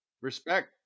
Respect